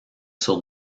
sur